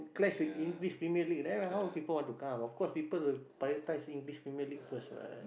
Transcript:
clash with English Premier-League then right how will people want to come of course people will prioritize English Premier-League first right